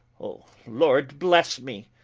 o lord blesse me,